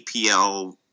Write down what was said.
EPL